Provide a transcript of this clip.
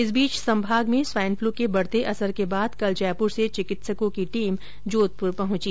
इस बीच संभाग में स्वाइन फ्लू के बढ़ते असर के बाद कल जयपुर से चिकित्सकों की टीम जोधपुर पहुची